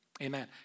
Amen